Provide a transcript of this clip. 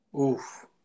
Oof